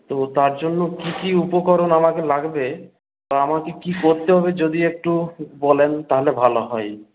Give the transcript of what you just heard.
তো তার জন্য কি কি উপকরণ আমাকে লাগবে তা আমাকে কি করতে হবে যদি একটু বলেন তাহলে ভালো হয়